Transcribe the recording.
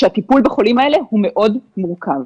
כשהטיפול בחולים האלה הוא מאוד מורכב.